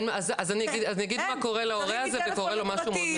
אז אני אגיד מה קורה להורה הזה וקורה לו משהו מאוד מסוכן.